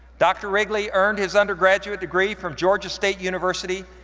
dr. wrigley earned his undergraduate degree from georgia state university,